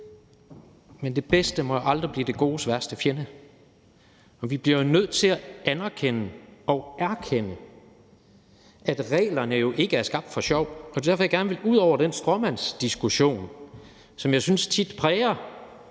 Men det bedste må aldrig blive det godes værste fjende. Og vi bliver jo nødt til at anerkende og erkende, at reglerne ikke er skabt for sjov. Og det er derfor, jeg gerne vil ud over den stråmandsdiskussion, som jeg synes tit præger